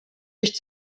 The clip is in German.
nicht